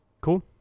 Cool